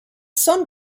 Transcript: some